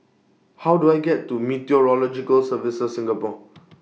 How Do I get to Meteorological Services Singapore